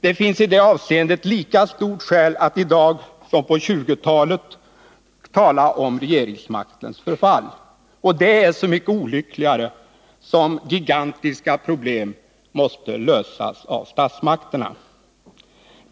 Det finns i det avseendet lika stort skäl att i dag som på 1920-talet tala om regeringsmaktens förfall. Det är så mycket olyckligare som gigantiska problem måste lösas av statsmakterna.